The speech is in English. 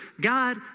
God